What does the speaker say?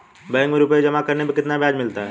Bank में रुपये जमा करने पर कितना ब्याज मिलता है?